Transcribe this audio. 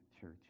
church